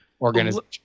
organization